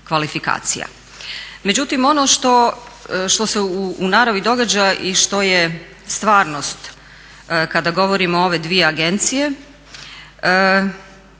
Međutim, ono što se u naravi događa i što je stvarnost kada govorimo o ove dvije agencije,